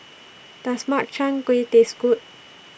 Does Makchang Gui Taste Good